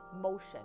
motion